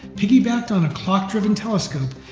piggybacked on a clock-driven telescope,